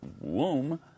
womb